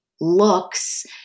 looks